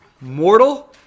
mortal